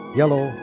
yellow